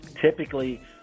typically